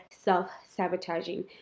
self-sabotaging